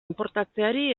inportatzeari